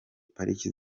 pariki